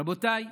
רבותיי,